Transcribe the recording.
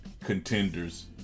contenders